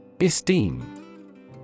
Esteem